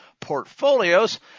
portfolios